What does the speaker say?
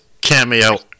cameo